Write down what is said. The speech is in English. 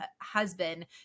husband